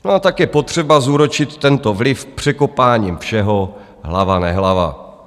No a tak je potřeba zúročit tento vliv překopáním všeho hlava nehlava.